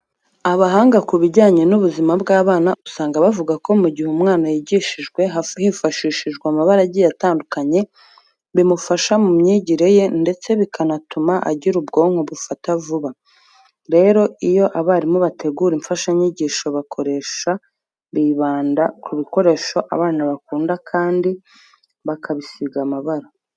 Abahanga mu bijyanye n'ubuzima bw'abana usanga bavuga ko mu gihe umwana yigishijwe hifashishijwe amabara agiye atandukanye, bimufasha mu myigire ye ndetse bikanatuma agira ubwonko bufata vuba. Rero iyo abarimu bategura imfashanyigisho bakoresha, bibanda ku bikoresho abana bakunda kandi bakabisiga amabara.